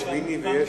יש מיני ויש,